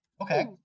Okay